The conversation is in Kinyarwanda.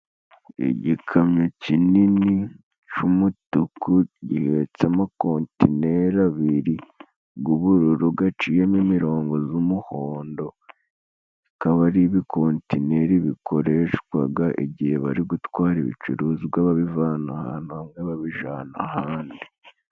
Igikamyo kinini c'umutuku gihetse amakontineri abiri g'ubururu gaciyemo imirongo z'umuhondo, bikaba ari ibikontineri bikoreshwaga igihe bari gutwara ibicuruzwa, babivana ahantu hamwe babijana ahandi.